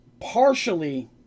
partially